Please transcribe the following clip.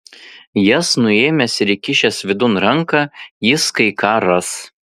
jas nuėmęs ir įkišęs vidun ranką jis kai ką ras